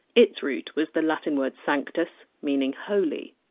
its root was the latin word! sanctus, meaning! holy!